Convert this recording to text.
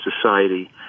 society